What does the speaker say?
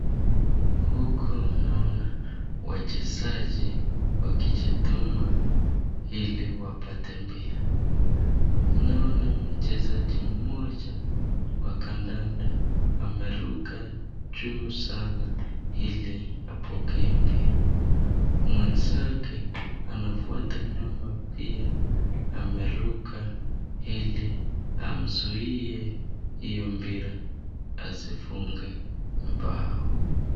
Huku naona wachezaji wakijituma ili wapate mpira. Naona mchezaji mmoja wa kandanda ameruka juu sana ili apokee mpira. Mwenzake anafuata nyuma pia ameruka ili amzuie hiyo mpira asifunge mbao.